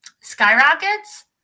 skyrockets